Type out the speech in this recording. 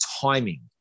timing